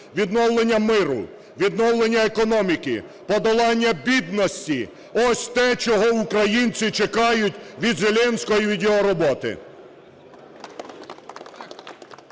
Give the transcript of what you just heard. Відновлення миру, відновлення економіки, подолання бідності - ось те, чого українці чекають від Зеленського і від його роботи.